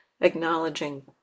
acknowledging